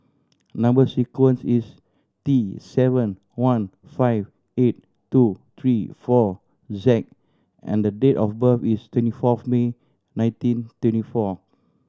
number sequence is T seven one five eight two three four Z and date of birth is twenty fourth May nineteen twenty four